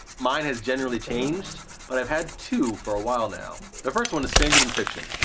mine has generally changed but i've had two for a while now. the first one is stranger than fiction,